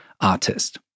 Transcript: artist